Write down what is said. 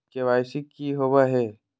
KYC की होबो है?